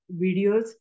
videos